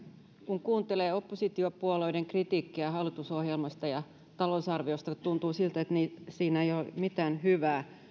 kun kuuntelee oppositiopuolueiden kritiikkiä hallitusohjelmasta ja talousarvioista niin tuntuu siltä että siinä ei ole mitään hyvää